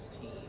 team